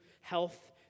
Health